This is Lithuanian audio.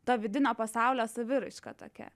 to vidinio pasaulio saviraiška tokia